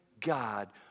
God